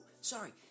sorry